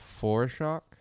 foreshock